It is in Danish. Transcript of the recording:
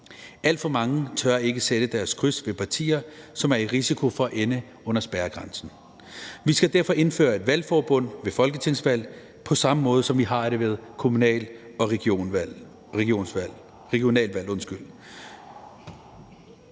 Alt for mange tør ikke sætte deres kryds ved partier, som er i risiko for at ende under spærregrænsen. Vi skal derfor indføre valgforbund ved folketingsvalg på samme måde, som vi har det ved kommunal- og regionsrådsvalg.